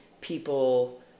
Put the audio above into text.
people